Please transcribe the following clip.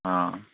ହଁ